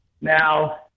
Now